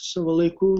savo laiku